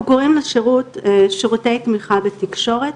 אנחנו קוראים לשירות שירותי תמיכה בתקשורת.